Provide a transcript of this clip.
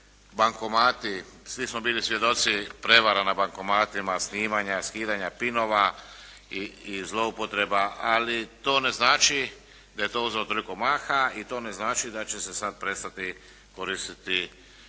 svi smo bili svjedoci prevara na bankomatima, snimanja, skidanja pinova i zloupotreba, ali to ne znači da je to uzelo toliko maha i to ne znači da će se sada prestati koristiti